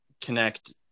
connect